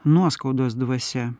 nuoskaudos dvasia